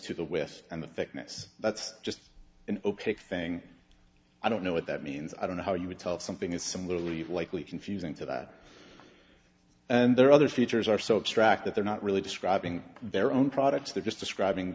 to the west and the thickness that's just an opaque thing i don't know what that means i don't know how you would tell if something is similarly likely confusing to that and there are other features are so extract that they're not really describing their own products they're just describing